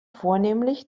vornehmlich